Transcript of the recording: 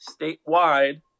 statewide